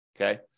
Okay